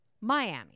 Miami